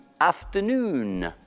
afternoon